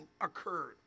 occurred